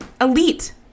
Elite